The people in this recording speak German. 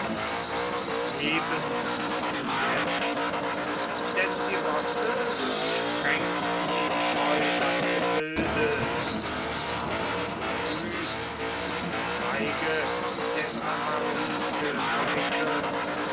lebend anjetzt denn die rosse durchsprengten ihm scheu das gefilde aber die füß im zweige der tamariske verwickelnd